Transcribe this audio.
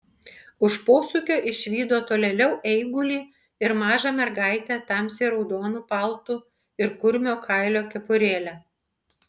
už posūkio išvydo tolėliau eigulį ir mažą mergaitę tamsiai raudonu paltu ir kurmio kailio kepurėle